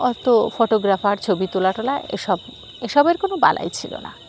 অতো ফটোগ্রাফার ছবি তোলা টোলা এসব এসবের কোনো বালাই ছিল না